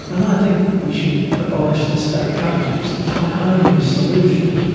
and i think we should abolish the state governments, it's my only solution.